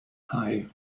hei